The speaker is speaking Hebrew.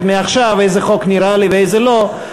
מעכשיו איזה חוק נראה לי ואיזה לא,